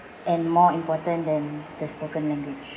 and more important than the spoken language